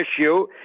issue